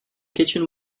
kitchen